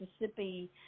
Mississippi